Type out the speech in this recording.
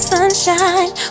Sunshine